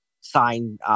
sign